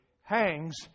hangs